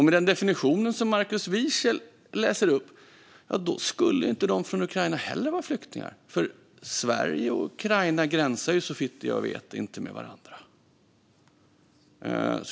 Med den definition som Markus Wiechel läser upp skulle inte de från Ukraina heller vara flyktingar, för Sverige och Ukraina gränsar såvitt jag vet inte till varandra.